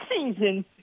season